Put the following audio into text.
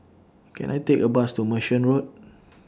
Can I Take A Bus to Merchant Road